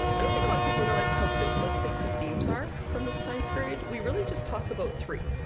i don't think a lot of people realize how simplistic the themes are from this time period. we really just talk about three.